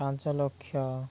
ପାଞ୍ଚ ଲକ୍ଷ